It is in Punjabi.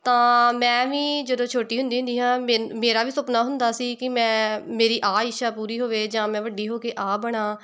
ਤਾਂ ਮੈਂ ਵੀ ਜਦੋਂ ਛੋਟੀ ਹੁੰਦੀ ਹੁੰਦੀ ਹਾਂ ਮੈਨ ਮੇਰਾ ਵੀ ਸੁਪਨਾ ਹੁੰਦਾ ਸੀ ਕਿ ਮੈਂ ਮੇਰੀ ਆਹ ਇੱਛਾ ਪੂਰੀ ਹੋਵੇ ਜਾਂ ਮੈਂ ਵੱਡੀ ਹੋ ਕੇ ਆਹ ਬਣਾ